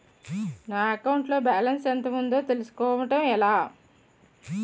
నా అకౌంట్ లో బాలన్స్ ఎంత ఉందో తెలుసుకోవటం ఎలా?